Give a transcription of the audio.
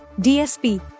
DSP